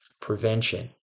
prevention